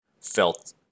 felt